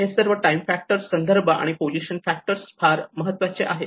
हे सर्व time factor संदर्भ आणि पोझिशन फॅक्टर फार महत्वाचे आहेत